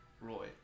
Roy